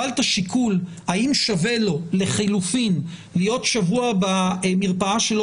אבל את השיקול האם שווה לו לחילופין להיות שבוע במרפאה שלו